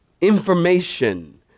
information